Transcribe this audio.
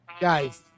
Guys